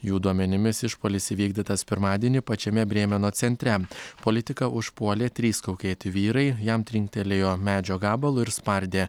jų duomenimis išpuolis įvykdytas pirmadienį pačiame brėmeno centre politiką užpuolė trys kaukėti vyrai jam trinktelėjo medžio gabalu ir spardė